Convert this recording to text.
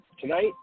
Tonight